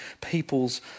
people's